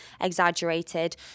exaggerated